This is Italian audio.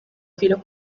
filo